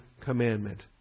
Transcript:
commandment